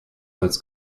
holz